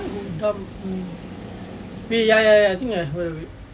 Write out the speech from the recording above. ya ya ya